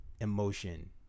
emotion